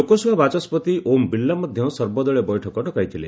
ଲୋକସଭା ବାଚସ୍କତି ଓମ୍ ବିର୍ଲା ମଧ୍ୟ ସର୍ବଦଳୀୟ ବୈଠକ ଡକାଇଥିଲେ